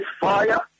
fire